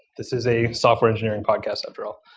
this is a software engineering podcast after all.